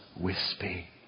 wispy